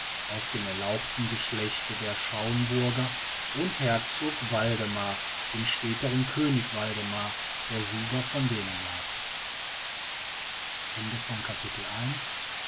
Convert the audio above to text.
aus dem erlauchten geschlechte der schauenburger und herzog waldemar dem späteren könig waldemar der sieger von dänemark